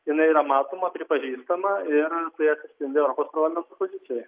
jinai yra matoma pripažįstama ir tai atsispindi europos parlamento pozicijoj